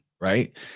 right